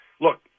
look